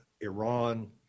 Iran